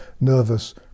nervous